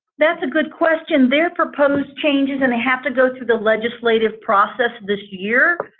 that's a good question. their proposed changes and i have to go through the legislative process this year,